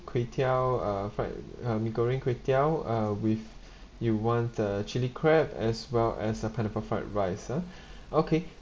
kway teow uh fried um mee goreng kway teow uh with you want a chilli crab as well as a pineapple fried rice ah okay